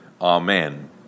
Amen